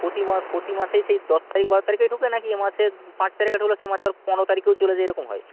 প্রতিমাস প্রতিমাসেই সেই দশ তারিখ বারো তারিখেই ঢোকে না কি এ মাসে পাঁচ তারিখে ঢুকল সে মাসের পনেরো তারিখেও চলে যায় এরকম হয়